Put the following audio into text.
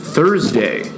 Thursday